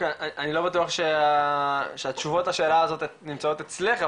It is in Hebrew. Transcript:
אני לא בטוח שהתשובות לשאלה הזאת נמצאות אצלך,